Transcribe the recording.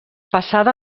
passada